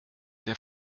der